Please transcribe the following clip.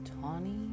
tawny